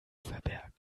verbergen